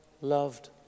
loved